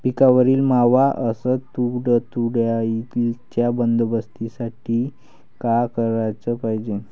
पिकावरील मावा अस तुडतुड्याइच्या बंदोबस्तासाठी का कराच पायजे?